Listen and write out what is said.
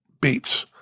beats